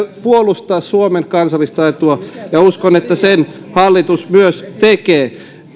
puolustaa suomen kansallista etua ja uskon että sen hallitus myös tekee